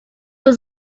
was